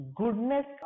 goodness